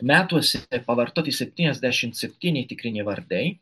metuose pavartoti septyniasdešimt septyni tikriniai vardai